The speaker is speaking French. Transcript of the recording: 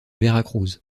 veracruz